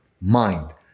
mind